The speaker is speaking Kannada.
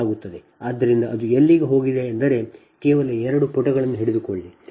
ಆದ್ದರಿಂದ ಅದಕ್ಕಾಗಿಯೇ ಅದು ಎಲ್ಲಿಗೆ ಹೋಗಿದೆ ಎಂದರೆ ಕೇವಲ 2 ಪುಟಗಳನ್ನು ಹಿಡಿದುಕೊಳ್ಳಿ